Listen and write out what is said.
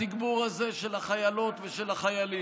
בתגבור הזה של החיילות ושל החיילים,